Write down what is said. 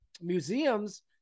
museums